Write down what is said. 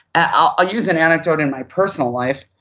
i'll use an anecdote in my personal life,